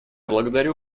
благодарю